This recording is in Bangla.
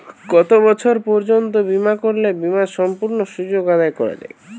কত বছর পর্যন্ত বিমা করলে বিমার সম্পূর্ণ সুযোগ আদায় করা য়ায়?